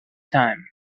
time